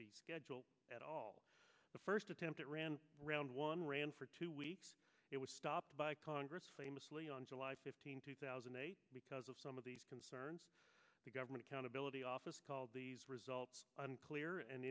d schedule at all the first attempt at ran round one ran for two weeks it was stopped by congress famously on july fifteenth two thousand and eight because of some of these concerns the government accountability office called the results unclear and